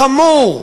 חמור.